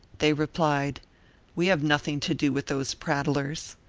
they replied we have nothing to do with those prattlers.